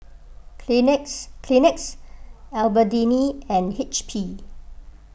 Kleenex Kleenex Albertini and H P